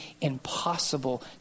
impossible